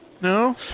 No